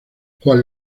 juan